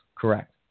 Correct